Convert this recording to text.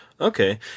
Okay